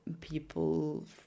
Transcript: people